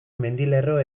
mendilerro